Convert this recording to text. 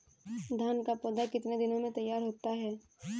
धान का पौधा कितने दिनों में तैयार होता है?